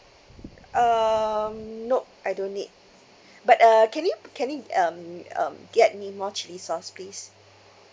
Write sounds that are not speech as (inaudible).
um nope I don't need (breath) but uh can you can it um um get me more chilli sauce please